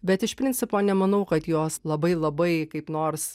bet iš principo nemanau kad jos labai labai kaip nors